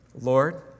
Lord